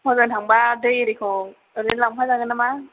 हजों थांबा दै इरिखौ ओरैनो लांफा जागोन नामा